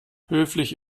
höflich